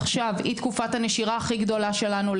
עכשיו היא התקופה של הנשירה הכי גדולה שלנו,